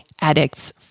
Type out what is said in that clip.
addicts